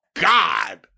God